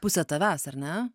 pusė tavęs ar ne